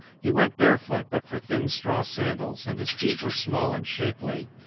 he went barefoot but for thin straw sandals, and his feet were small and shapely.